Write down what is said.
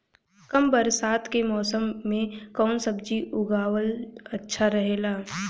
कम बरसात के मौसम में कउन सब्जी उगावल अच्छा रहेला?